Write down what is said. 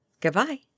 Goodbye